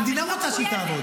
המדינה רוצה שהיא תעבוד.